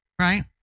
right